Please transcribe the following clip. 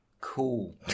Cool